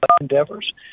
endeavors